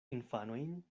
infanojn